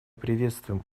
приветствуем